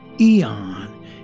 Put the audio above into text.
eon